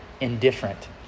indifferent